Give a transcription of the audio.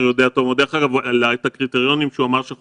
וזאת בהתאם לקריטריונים של תחלואה,